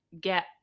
get